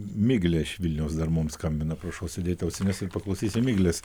miglė iš vilniaus dar mums skambina prašau užsidėti ausines ir paklausysim miglės